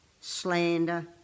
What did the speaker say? slander